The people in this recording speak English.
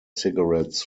cigarettes